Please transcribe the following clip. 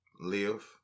Live